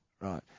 Right